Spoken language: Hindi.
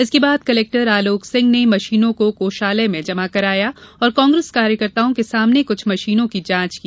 इसके बाद कलेक्टर आलोक सिंह ने मशीनों को कोषालय में जमा कराया और कांग्रेस कार्यकर्ताओं के सामने कुछ मशीनों की जांच की